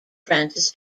francis